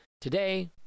Today